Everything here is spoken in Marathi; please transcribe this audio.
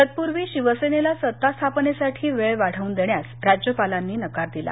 तत्पूर्वी शिवसेनेला सत्तास्थापनेसाठी वेळ वाढवून देण्यास राज्यपालांनी नकार दिला